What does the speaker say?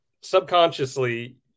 subconsciously